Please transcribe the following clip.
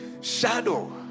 shadow